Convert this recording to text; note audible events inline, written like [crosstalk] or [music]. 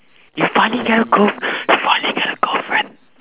you finally get a girl~ [breath] you finally get a girlfriend